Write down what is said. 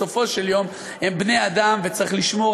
בסופו של יום הם בני-אדם וצריך לשמור